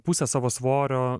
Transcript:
pusę savo svorio